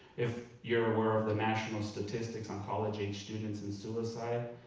if you're aware of the national statistics on college-aged students and suicide,